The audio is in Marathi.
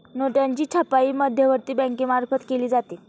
नोटांची छपाई मध्यवर्ती बँकेमार्फत केली जाते